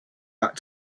back